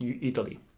Italy